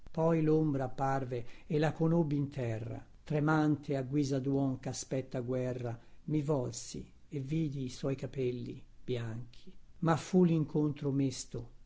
poi lombra apparve e la conobbi in terra tremante a guisa duom chaspetta guerra mi volsi e vidi i suoi capelli bianchi ma fu lincontro mesto